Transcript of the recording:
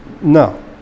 no